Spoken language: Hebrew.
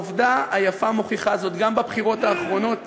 העובדה היפה מוכיחה זאת, גם בבחירות האחרונות